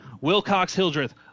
Wilcox-Hildreth